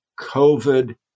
COVID